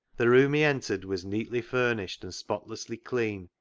the room he entered was neatly furnished and spotlessly clean,